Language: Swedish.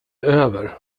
över